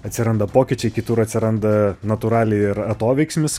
atsiranda pokyčiai kitur atsiranda natūraliai ir atoveiksmis